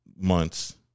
months